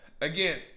Again